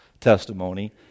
testimony